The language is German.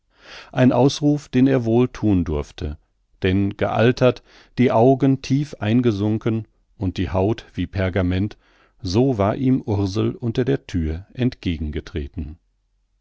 ein ausruf den er wohl thun durfte denn gealtert die augen tief eingesunken und die haut wie pergament so war ihm ursel unter der thür